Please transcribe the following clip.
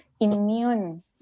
immune